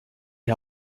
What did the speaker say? die